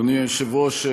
אדוני היושב-ראש,